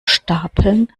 stapeln